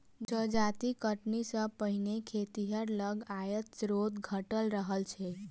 जजाति कटनी सॅ पहिने खेतिहर लग आयक स्रोत घटल रहल छै